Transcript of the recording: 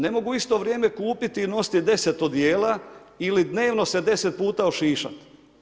Ne mogu u isto vrijeme kupiti i nositi 10 odijela ili dnevno se 10 puta ošišati.